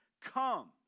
Come